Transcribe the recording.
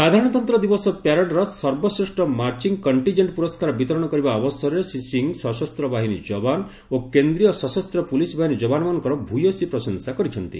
ସାଧାରଣତନ୍ତ୍ର ଦିବସ ପ୍ୟାରେଡ୍ର ସର୍ବଶ୍ରେଷ୍ଠ ମାର୍ଚିଂ କଣ୍ଟିଜେଣ୍ଟ ପୁରସ୍କାର ବିତରଣ କରିବା ଅବସରରେ ଶ୍ରୀ ସିଂ ସଶସ୍ତ୍ରବାହିନୀ ଯବାନ ଓ କେନ୍ଦ୍ରୀୟ ସଶସ୍ତ ପୁଲିସ୍ ବାହିନୀ ଯବାନମାନଙ୍କର ଭୂୟସୀ ପ୍ରଶଂସା କରିଛନ୍ତି